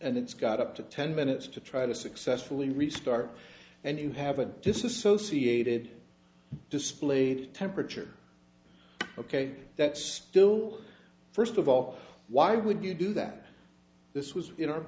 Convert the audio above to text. and it's got up to ten minutes to try to successfully restart and you have a disassociated displayed temperature ok that's still first of all why would you do that this was you know